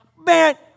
Man